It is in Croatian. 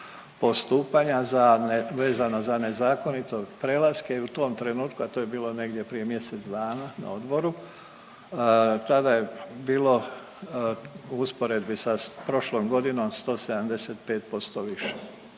postupanja vezana za nezakonite prelaske i u tom trenutku, a to je bilo negdje prije mjesec dana na odboru, tada je bilo u usporedbi sa prošlom godine, 175% više.